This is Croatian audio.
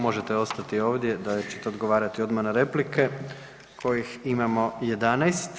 Možete ostati ovdje, dalje ćete odgovarati odmah na replike kojih imamo 11.